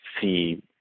see